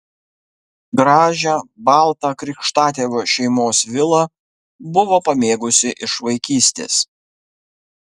gražią baltą krikštatėvio šeimos vilą buvo pamėgusi iš vaikystės